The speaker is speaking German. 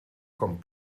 kommt